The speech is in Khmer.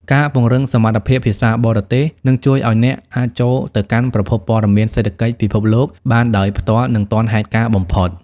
ការពង្រឹងសមត្ថភាពភាសាបរទេសនឹងជួយឱ្យអ្នកអាចចូលទៅកាន់ប្រភពព័ត៌មានសេដ្ឋកិច្ចពិភពលោកបានដោយផ្ទាល់ និងទាន់ហេតុការណ៍បំផុត។